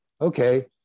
okay